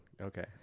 Okay